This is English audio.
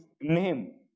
name